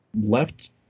left